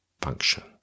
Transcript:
function